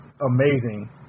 amazing